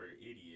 idiot